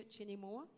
anymore